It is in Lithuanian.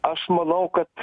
aš manau kad